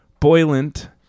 boilant